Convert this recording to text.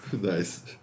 Nice